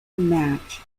match